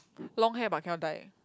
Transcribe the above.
long hair but cannot dye